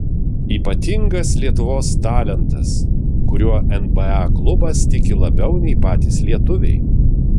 ypatingas lietuvos talentas kuriuo nba klubas tiki labiau nei patys lietuviai